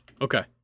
Okay